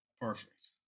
perfect